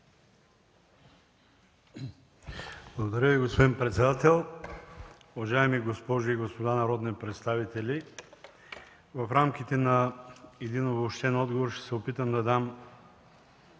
Благодаря Ви, господин председател. Уважаеми госпожи и господа народни представители, в рамките на един обобщен отговор ще се опитам да дам